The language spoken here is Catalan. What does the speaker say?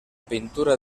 pintura